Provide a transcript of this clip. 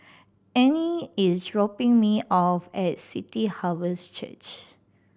Anne is dropping me off at City Harvest Church